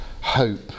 hope